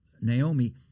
Naomi